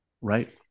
right